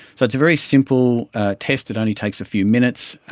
so it's a very simple test, it only takes a few minutes.